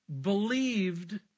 believed